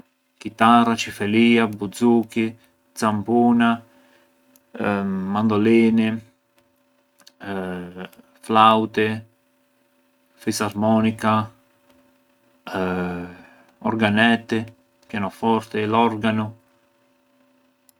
Kitara, çiftelia, buxuki, xampuna. mandolini, flauti, fisarmonika, organeti, pianoforti, l’organo.